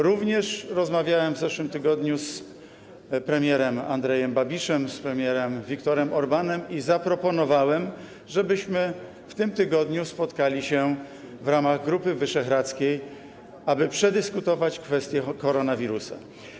Również w zeszłym tygodniu rozmawiałem z premierem Andrejem Babišem i z premierem Viktorem Orbánem i zaproponowałem, żebyśmy w tym tygodniu spotkali się w ramach Grupy Wyszehradzkiej, aby przedyskutować kwestię koronawirusa.